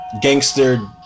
gangster